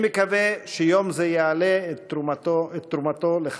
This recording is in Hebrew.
אני מקווה שיום זה יעלה את תרומתו לכך.